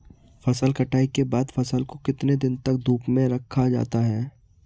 फसल कटाई के बाद फ़सल को कितने दिन तक धूप में रखा जाता है?